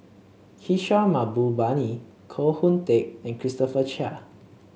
Kishore Mahbubani Koh Hoon Teck and Christopher Chia